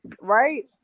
Right